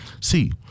See